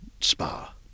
spa